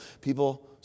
People